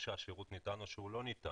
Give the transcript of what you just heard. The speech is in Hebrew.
או ש שירות ניתן או שהוא לא ניתן.